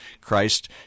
Christ